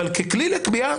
אבל ככלי לקביעה,